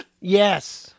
yes